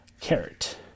carrot